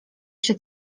się